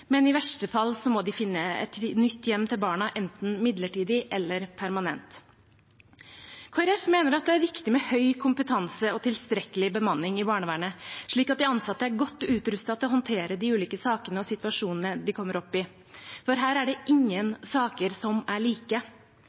men i verste fall må de finne et nytt hjem til barna, enten midlertidig eller permanent. Kristelig Folkeparti mener at det er viktig med høy kompetanse og tilstrekkelig bemanning i barnevernet, slik at de ansatte er godt rustet til å håndtere de ulike sakene og situasjonene de kommer opp i, for her er det ingen saker som er like.